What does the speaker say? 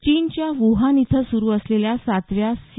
चीनच्या वुहान इथं सुरु असलेल्या सातव्या सी